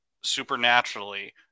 supernaturally